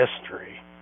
history